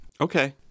Okay